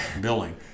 billing